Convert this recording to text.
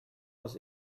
was